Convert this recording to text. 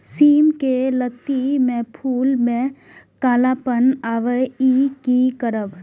सिम के लत्ती में फुल में कालापन आवे इ कि करब?